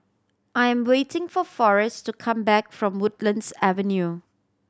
I'm waiting for Forest to come back from Woodlands Avenue